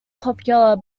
popular